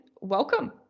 welcome